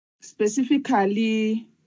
specifically